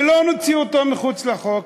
ולא נוציא אותו מחוץ לחוק.